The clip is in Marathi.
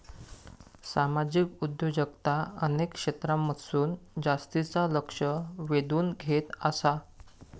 सामाजिक उद्योजकता अनेक क्षेत्रांमधसून जास्तीचा लक्ष वेधून घेत आसा